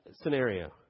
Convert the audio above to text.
scenario